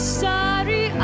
sorry